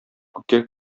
күккә